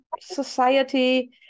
society